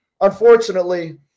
unfortunately